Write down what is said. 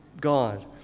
God